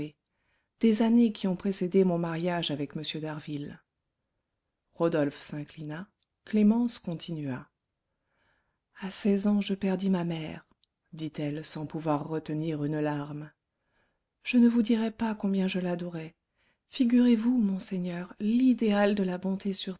des années qui ont précédé mon mariage avec m d'harville rodolphe s'inclina clémence continua à seize ans je perdis ma mère dit-elle sans pouvoir retenir une larme je ne vous dirai pas combien je l'adorai figurez-vous monseigneur l'idéal de la bonté sur